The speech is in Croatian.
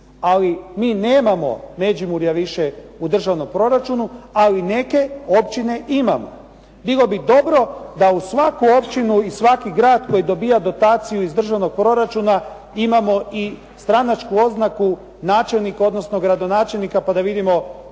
Ali mi nemamo Međimurja više u državnom proračunu, ali neke općine imamo. Bilo bi dobro da u svaku općinu i svaki grad koji dobiva dotaciju iz državnog proračuna imamo i stranačku oznaku načelnika odnosno gradonačelnika pa da vidimo